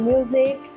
Music